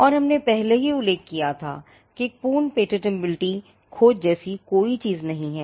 और हमने पहले ही उल्लेख किया था कि एक पूर्ण पेटेंटबिलिटी खोज जैसी कोई चीज नहीं है